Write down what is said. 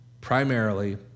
primarily